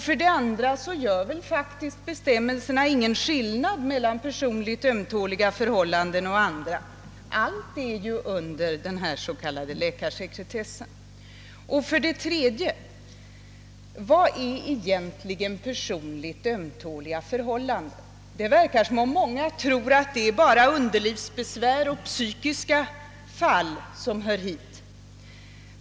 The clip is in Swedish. För det andra torde bestämmelserna faktiskt inte göra någon skillnad mel polikliniker lan personligt ömtåliga förhållanden och andra förhållanden. Allt faller ju under den s.k. läkarsekretessen. Vad är för det tredje egentligen »personligt ömtåliga förhållanden»? Det verkar som om många tror att det bara är underlivsbesvär och psykiska fall som hör dit.